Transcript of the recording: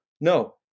No